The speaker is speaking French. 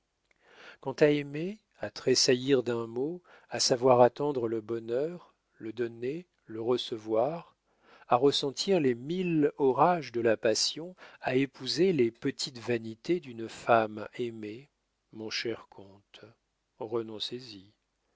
quant à aimer à tressaillir d'un mot à savoir attendre le bonheur le donner le recevoir à ressentir les mille orages de la passion à épouser les petites vanités d'une femme aimée mon cher comte renoncez y